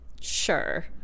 Sure